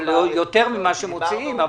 ויותר ממה שמוציאים,